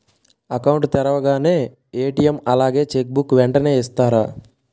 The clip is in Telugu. అకౌంట్ తెరవగానే ఏ.టీ.ఎం అలాగే చెక్ బుక్ వెంటనే ఇస్తారా?